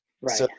Right